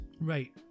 Right